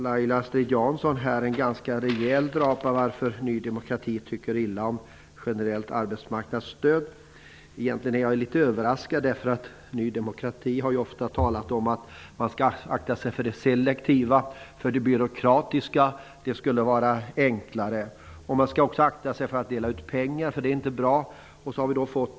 Laila Strid-Jansson har här en ganska rejäl drapa om varför Ny demokrati tycker illa om ett generellt arbetsmarknadsstöd. Egentligen är jag litet överraskad. Ny demokrati har ju ofta talat om att man skall akta sig för det som är selektivt och byråkratiskt. I stället skall man välja det som är enklare. Vidare skall man akta sig för att dela ut pengar, eftersom det inte är bra att göra det.